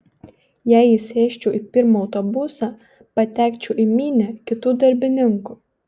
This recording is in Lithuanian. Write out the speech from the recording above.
jei įsėsčiau į pirmą autobusą patekčiau į minią kitų darbininkų